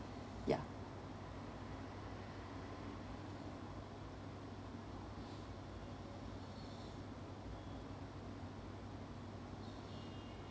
ya